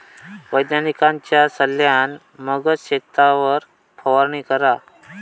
वैज्ञानिकांच्या सल्ल्यान मगच शेतावर फवारणी करा